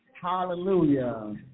Hallelujah